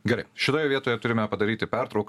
gerai šitoj vietoje turime padaryti pertrauką